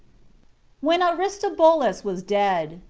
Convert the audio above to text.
when aristobulus was dead,